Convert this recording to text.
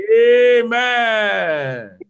Amen